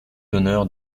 d’honneur